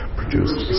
produced